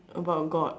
about God